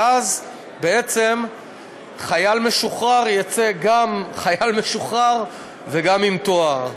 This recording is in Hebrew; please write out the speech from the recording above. ואז בעצם חייל משוחרר יצא גם חייל משוחרר וגם עם תואר.